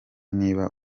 niba